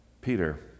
Peter